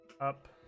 up